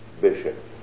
bishop